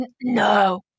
No